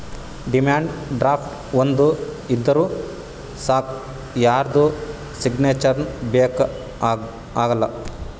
demand draft ಒಂದ್ ಇದ್ದೂರ್ ಸಾಕ್ ಯಾರ್ದು ಸಿಗ್ನೇಚರ್ನೂ ಬೇಕ್ ಆಗಲ್ಲ